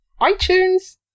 iTunes